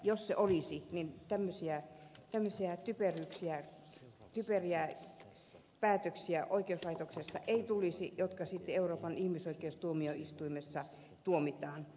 jos se olisi tämmöisiä typeriä päätöksiä oikeuslaitoksesta ei tulisi jotka sitten euroopan ihmisoikeustuomioistuimessa tuomitaan